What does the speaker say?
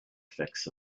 fix